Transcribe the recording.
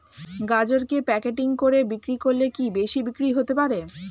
গাজরকে প্যাকেটিং করে বিক্রি করলে কি বেশি বিক্রি হতে পারে?